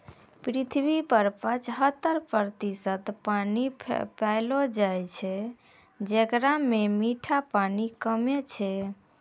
पृथ्वी पर पचहत्तर प्रतिशत पानी पैलो जाय छै, जेकरा म मीठा पानी कम्मे छै